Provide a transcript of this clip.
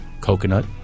coconut